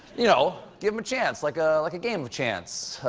you know, give him a chance, like ah like a game of chance.